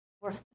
worth